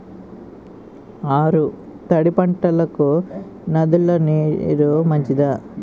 ఆరు తడి పంటలకు నదుల నీరు మంచిదా?